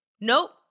Nope